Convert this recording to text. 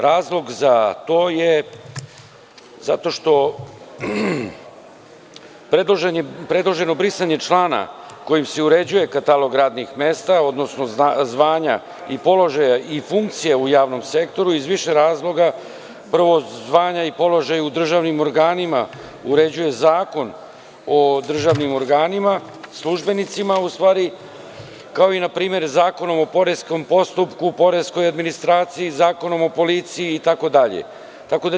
Razlog za to je zato što predloženo brisanje člana kojim se uređuje katalog radnih mesta, odnosno zvanja i položaja i funkcija u javnom sektoru iz više razloga, prvo zvanja i položaja u državnim organima uređuje Zakon o državnim organima, u stvari službenicima, kao i na primer Zakonom o poreskom postupku, poreskoj administraciji, Zakonom o policiji i tako dalje.